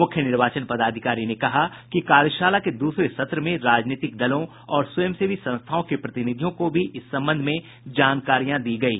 मुख्य निर्वाचन पदाधिकारी ने कहा कि कार्यशाला के दूसरे सत्र में राजनीतिक दलों और स्वयंसेवी संस्थाओं के प्रतिनिधियों को भी इस संबंध में जानकारियां दी गयी